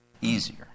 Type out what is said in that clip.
easier